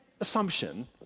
assumption